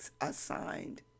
assigned